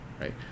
right